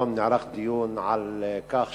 היום נערך דיון על כך